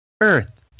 Earth